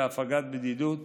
להפגת בדידות,